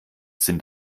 sind